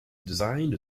designed